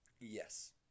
Yes